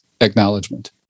acknowledgement